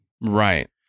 Right